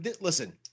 Listen